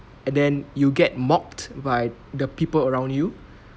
and then you get mocked by the people around you